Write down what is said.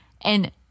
and-